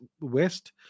West